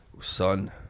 Son